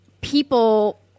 people